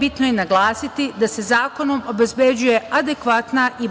bitno je naglasiti da se zakonom obezbeđuje adekvatna i